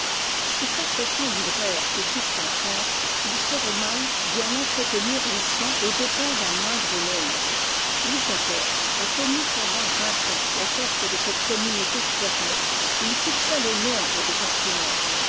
si quatre cents libraires suffisent en france il serait mal d'y en entretenir huit cents aux dépens d'un moindre nombre louis xiv a tenu pendant vingt ans la porte de cette communauté fermée il fixa le nombre des imprimeurs